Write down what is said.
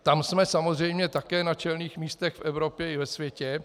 Tam jsme samozřejmě také na čelných místech v Evropě i ve světě.